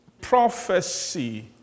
prophecy